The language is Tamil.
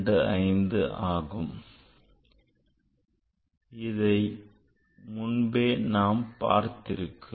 625 ஆகும் இதை முன்பே நாம் பார்த்திருக்கிறோம்